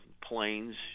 planes